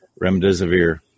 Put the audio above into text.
remdesivir